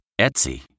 Etsy